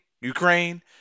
Ukraine